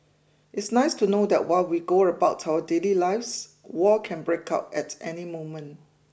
it's nice to know that while we go about our daily lives war can break out at any moment